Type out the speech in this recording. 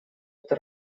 эта